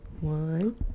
One